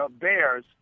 Bears